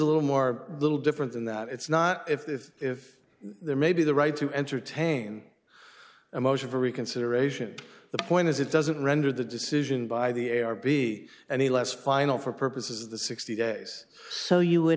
little more little different than that it's not if if there may be the right to entertain a motion for reconsideration the point is it doesn't render the decision by the air be any less final for purposes of the sixty days so you would